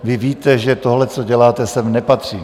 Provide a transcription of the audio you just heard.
Vy víte, že tohle, co děláte, sem nepatří.